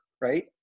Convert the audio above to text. right